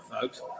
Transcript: folks